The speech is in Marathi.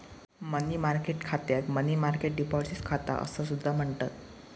मनी मार्केट खात्याक मनी मार्केट डिपॉझिट खाता असा सुद्धा म्हणतत